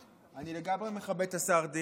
אתה כבר מבטל את זה.